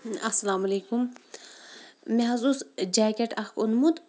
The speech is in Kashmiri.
السَلامُ علیکُم مےٚ حظ اوس جیکیٹ اَکھ اوٚنمُت